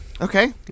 Okay